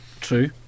True